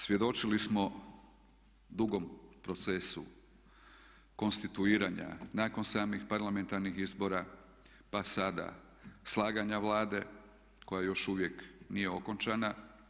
Svjedočili smo dugom procesu konstituiranja nakon samih parlamentarnih izbora pa sada slaganja Vlade koja još uvijek nije okončana.